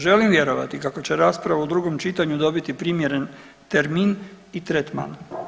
Želim vjerovati kako će rasprava u drugom čitanju dobiti primjeren termin i tretman.